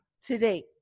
today